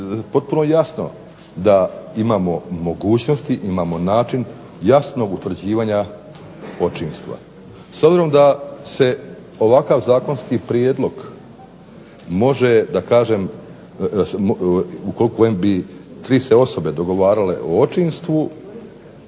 potpuno jasno da imamo mogućnosti, imamo način jasnog utvrđivanja očinstva. S obzirom da se ovakav zakonski prijedlog može da kažem u kojem bi tri se osobe dogovarale o očinstvu